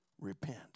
repent